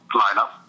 lineup